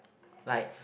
like